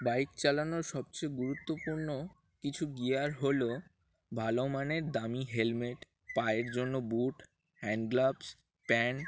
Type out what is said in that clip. bike চালানোর সবচেয়ে গুরুত্বপূর্ণ কিছু গিয়ার হলো ভালো মানের দামি হেলমেট পায়ের জন্য বুট হ্যান্ড গ্লাভস প্যান্ট